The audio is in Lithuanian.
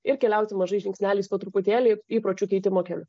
ir keliauti mažais žingsneliais po truputėlį įpročių keitimo keliu